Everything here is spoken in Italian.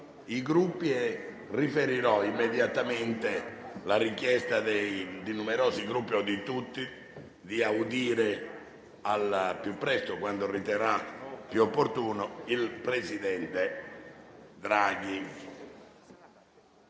i Gruppi. Riferirò immediatamente la richiesta avanzata da numerosi Gruppi, o da tutti, di audire al più presto, quando si riterrà più opportuno, il presidente Draghi.